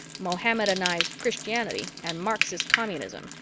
mohammedanized christianity, and marxist communism,